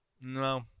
No